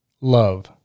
Love